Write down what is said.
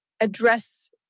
address